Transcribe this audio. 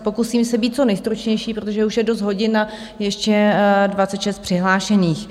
Pokusím se být co nejstručnější, protože už je dost hodin a ještě 26 přihlášených.